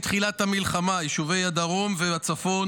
מתחילת המלחמה, ליישובי הדרום והצפון